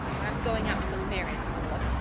i'm going out to put the mare in, marilla.